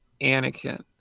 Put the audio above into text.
Anakin